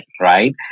right